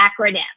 acronym